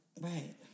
Right